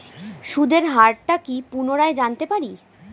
সুদের হার টা কি পুনরায় জানতে পারি?